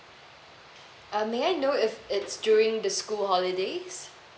uh may I know if it's during the school holidays